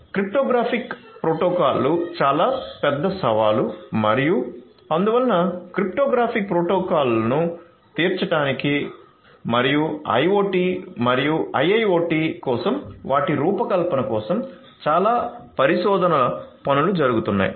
cryptographic ప్రోటోకాల్లు చాలా పెద్ద సవాలు మరియు అందువల్ల క్రిప్టోగ్రాఫిక్ ప్రోటోకాల్లను తీర్చడానికి మరియుIoT మరియు IIoT కోసం వాటి రూపకల్పన కోసం చాలా పరిశోధన పనులు జరుగుతున్నాయి